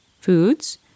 foods